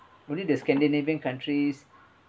only the scandinavian countries